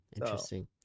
Interesting